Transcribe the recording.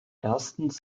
erstens